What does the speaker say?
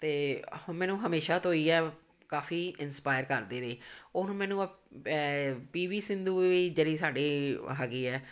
ਅਤੇ ਮੈਨੂੰ ਹਮੇਸ਼ਾ ਤੋਂ ਇਹ ਹੀ ਹੈ ਕਾਫੀ ਇੰਸਪਾਇਰ ਕਰਦੀ ਰਹੀ ਉਹਨੂੰ ਮੈਨੂੰ ਪੀ ਵੀ ਸਿੰਧੂ ਵੀ ਜਿਹੜੀ ਸਾਡੀ ਹੈਗੀ ਹੈ